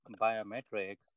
biometrics